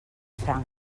franc